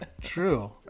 true